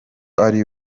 ari